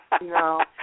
No